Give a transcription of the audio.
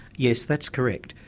yes, that's correct.